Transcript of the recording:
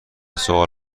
سوال